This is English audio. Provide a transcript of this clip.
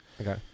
Okay